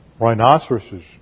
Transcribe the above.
Rhinoceroses